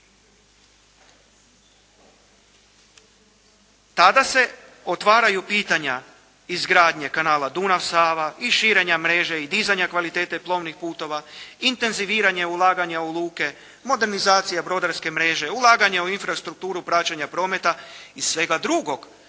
Tada se otvaraju pitanja izgradnje kanala Dunav-Sava i širenja mreže i dizanja kvalitete plovnih putova, intenziviranje ulaganja u luke, modernizacije brodarske mreže, ulaganje u infrastrukturu praćenja prometa i svega drugog